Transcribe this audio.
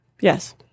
Yes